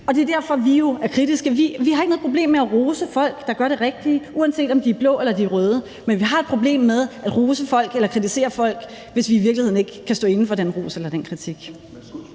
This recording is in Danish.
Det er derfor, vi er kritiske. Vi har ikke noget problem med at rose folk, der gør det rigtige, uanset om de er blå eller røde, men vi har et problem med at rose folk eller kritisere folk, hvis vi i virkeligheden ikke kan stå inde for den ros eller den kritik.